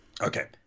Okay